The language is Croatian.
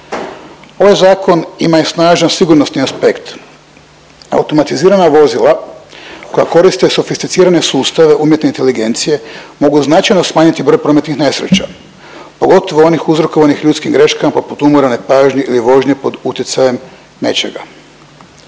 Ovaj zakon ima i snažan sigurnosti aspekt. Automatizirana vozila koja koriste sofisticirane sustave umjetne inteligencije mogu značajno smanjiti broj prometnih nesreća, pogotovo onih uzrokovanih ljudskim greškama, poput umora, nepažnje ili vožnje pod utjecajem nečega.